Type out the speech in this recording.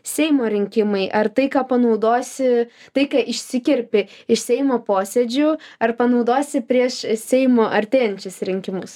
seimo rinkimai ar tai ką panaudosi tai ką išsikerpi iš seimo posėdžių ar panaudosi prieš seimo artėjančius rinkimus